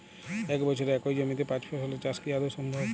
এক বছরে একই জমিতে পাঁচ ফসলের চাষ কি আদৌ সম্ভব?